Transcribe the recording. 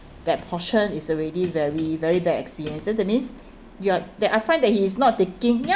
that portion is already very very bad experience so that means you're that I find that he's not taking ya~